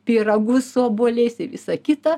pyragus su obuoliais ir visa kita